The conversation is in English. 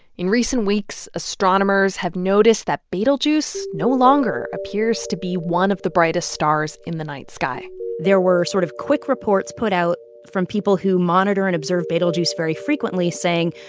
in recent weeks, astronomers have noticed that betelgeuse no longer appears to be one of the brightest stars in the night sky there were sort of quick reports put out from people who monitor and observe betelgeuse very frequently saying,